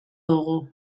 dugu